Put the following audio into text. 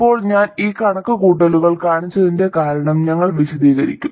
ഇപ്പോൾ ഞാൻ ഈ കണക്കുകൂട്ടലുകൾ കാണിച്ചതിന്റെ കാരണം ഞങ്ങൾ വിശദീകരിക്കും